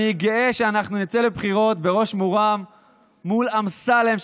אני גאה שאנחנו נצא לבחירות בראש מורם מול אמסלם,